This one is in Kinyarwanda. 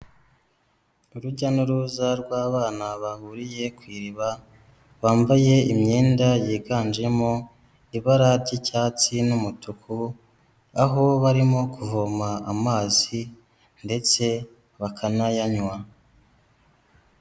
Urujya n'uruza rw'abana bahuriye ku iriba, bambaye imyenda yiganjemo ibara ry'icyatsi n'umutuku, aho barimo kuvoma amazi ndetse bakanayanywa.